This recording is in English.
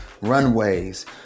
runways